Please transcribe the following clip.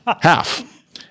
half